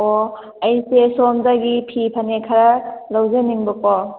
ꯑꯣ ꯑꯩꯁꯦ ꯁꯣꯝꯗꯒꯤ ꯐꯤ ꯐꯅꯦꯛ ꯈꯔ ꯂꯧꯖꯅꯤꯡꯕꯀꯣ